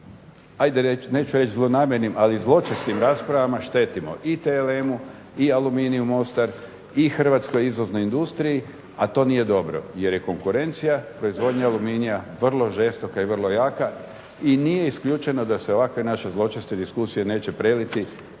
ajde neću reći zlonamjernim, ali zločestim raspravama štetimo i TLM-u i Aluminiju Mostar i hrvatskoj izvoznoj industriji, a to nije dobro jer je konkurencija proizvodnje aluminija vrlo žestoka i vrlo jaka i nije isključeno da se ovakve naše zločeste diskusije neće preliti